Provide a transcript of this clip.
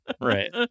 Right